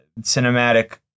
cinematic